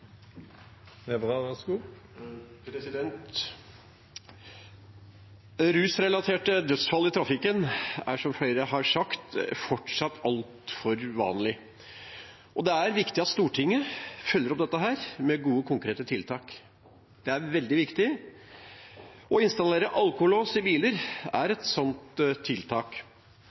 som flere har sagt, fortsatt altfor vanlig. Det er viktig at Stortinget følger opp dette med gode, konkrete tiltak. Det er veldig viktig. Å installere alkolås i biler er et sånt tiltak.